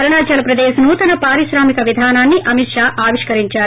అరుణాచల్ ప్రదేశ్ నూతన పారిశ్రామిక విధానాన్ని అమిత్ ేషా ఆవిష్కరించారు